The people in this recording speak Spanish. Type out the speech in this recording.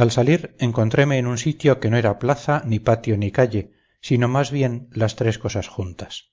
al salir encontreme en un sitio que no era plaza ni patio ni calle sino más bien las tres cosas juntas